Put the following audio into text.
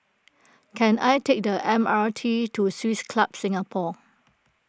can I take the M R T to Swiss Club Singapore